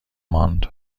ماند